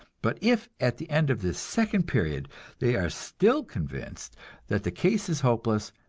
but if at the end of this second period they are still convinced that the case is hopeless,